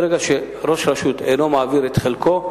ברגע שראש רשות אינו מעביר את חלקו,